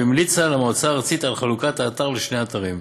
והמליצה למועצה הארצית על חלוקת האתר לשני אתרים: